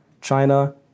China